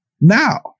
now